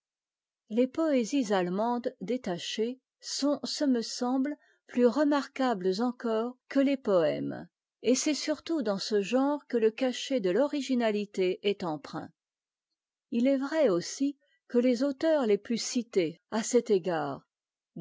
les poésies allemandes détachées sont ce jne semb e p us remarquab es encore que ies noeme et c'est surtout dans ce genre que ie cachet de r riginalité est empreint il est vrai aussi que ies auteurs es pius cités à cet égard